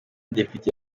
depite